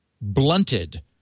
blunted